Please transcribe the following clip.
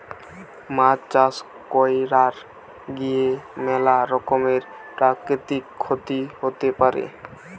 মাছ চাষ কইরার গিয়ে ম্যালা রকমের প্রাকৃতিক ক্ষতি হতে পারে